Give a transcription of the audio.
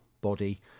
body